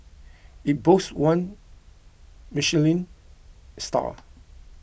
it boasts one Michelin star